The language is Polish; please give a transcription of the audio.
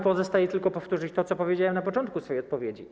Pozostaje mi tylko powtórzyć to, co powiedziałem na początku swojej odpowiedzi.